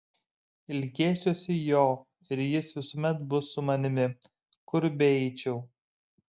ilgėsiuosi jo ir jis visuomet bus su manimi kur beeičiau